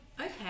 Okay